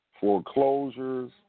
foreclosures